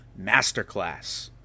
masterclass